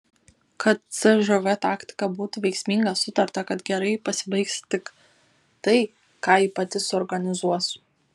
kad cžv taktika būtų veiksminga sutarta kad gerai pasibaigs tik tai ką ji pati suorganizuos